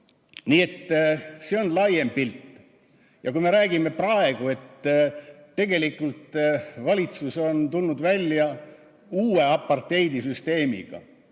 Nii et see on laiem pilt. Ja me räägime praegu, et tegelikult valitsus on tulnud välja uue apartheidisüsteemiga.